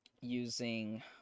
using